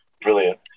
Brilliant